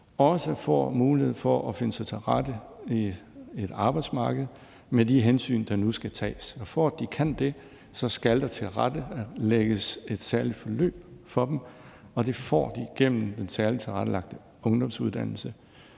også får mulighed for at finde sig til rette på et arbejdsmarked med de hensyn, der nu skal tages, og for at de kan det, skal der tilrettelægges et særligt forløb for dem, og det får de igennem den særligt tilrettelagte ungdomsuddannelse.